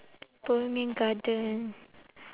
bohemian garden